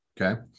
okay